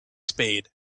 spade